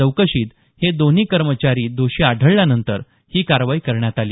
चौकशीत हे दोन्ही कर्मचारी दोषी आढळल्यानंतर ही कारवाई करण्यात आली